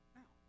now